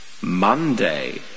Monday